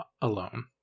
alone